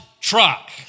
truck